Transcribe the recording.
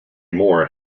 more